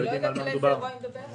אני לא יודעת על איזה אירוע היא מדברת.